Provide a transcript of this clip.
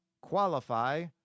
qualify